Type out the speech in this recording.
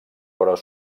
però